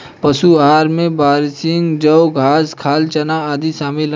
पशु आहार में बरसीम जौं घास खाल चना आदि शामिल है